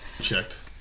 Checked